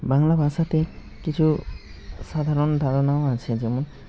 বাংলা ভাষাতে কিছু সাধারণ ধারণাও আছে যেমন